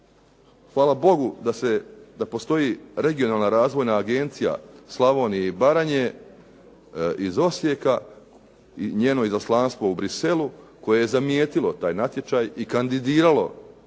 hvala Bogu da postoji Regionalna razvojna agencija Slavonije i Baranje iz Osijeka i njeno izaslanstvo u Bruxellesu koje je zamijetilo taj natječaj i kandidiralo